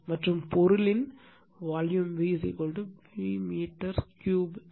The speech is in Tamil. மற்றும் பொருளின் V மீட்டர் கனசதுரத்தில்